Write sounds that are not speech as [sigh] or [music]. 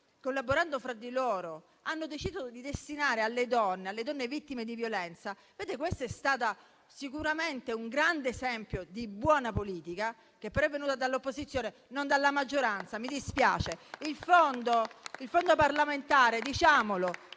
collaborativo, hanno deciso di destinare alle donne vittime di violenza. È stato sicuramente un grande esempio di buona politica, che però è venuto dall'opposizione, non dalla maggioranza, mi dispiace. [applause] Il fondo parlamentare - diciamolo,